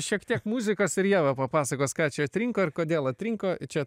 šiek tiek muzikas ir ieva papasakos ką čia atrinko ir kodėl atrinko čia